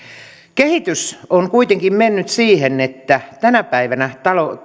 kehitys on kuitenkin mennyt siihen että tänä päivänä